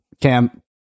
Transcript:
Cam